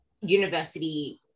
university